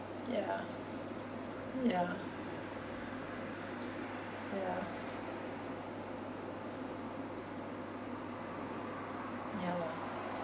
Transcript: ya ya ya ya lor